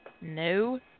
No